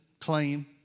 claim